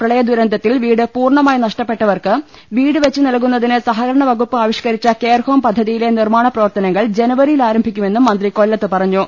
പ്രളയ ദുരന്തത്തിൽ വീട് പൂർണ്ണമായി നഷ്ട പ്പെട്ടവർക്ക് വീട് വെച്ച് നൽകുന്നതിന് സഹകരണവകുപ്പ് ആവിഷ്കരിച്ച കെയർ ഹോം പദ്ധതിയിലെ നിർമ്മാണ പ്രവർത്തനങ്ങൾ ജനുവരിയിൽ ആരം ഭിക്കുമെന്നും മന്ത്രി കൊല്ലത്ത് പറഞ്ഞു